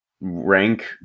rank